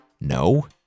no